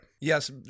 Yes